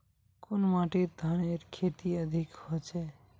कुन माटित धानेर खेती अधिक होचे?